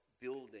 building